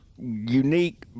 unique